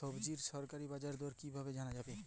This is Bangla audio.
সবজির সরকারি বাজার দর কি করে জানা যাবে?